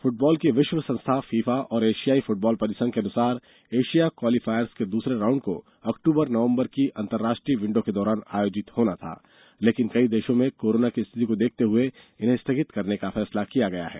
football की विश्व संस्था फीफा और एशियाई फुटबॉल परिसंघ के अनुसार एशिया क्वालीफायर्स के दूसरे राउंड को अक्टूबर नवम्बर की अंतरराष्ट्रीय विंडो के दौरान आयोजित होना था लेकिन कई देशों में कोरोना की स्थिति को देखते इन्हें स्थगित करने का फैसला किया गया है